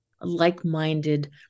like-minded